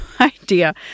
idea